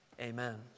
Amen